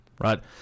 right